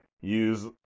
use